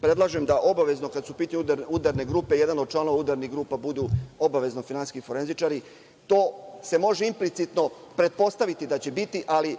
predlažem obavezno kada su u pitanju udarne grupe, jedan od članova udarnih grupa budu obavezno finansijski forenzičari. To se može implicitno pretpostaviti da će biti, ali